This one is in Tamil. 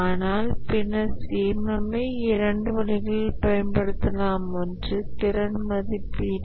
ஆனால் பின்னர் CMM ஐ இரண்டு வழிகளில் பயன்படுத்தலாம் ஒன்று திறன் மதிப்பீடு